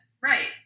Right